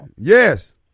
Yes